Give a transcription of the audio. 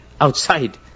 outside